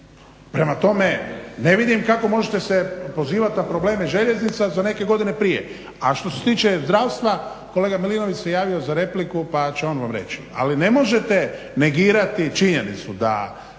Prema tome, ne vidim kako možete se pozivati na probleme željeznica za neke godine prije. A što se tiče zdravstva kolega Milinović se javio za repliku, pa će on vam reći. Ali ne možete negirati činjenicu da